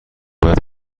باید